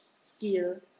skill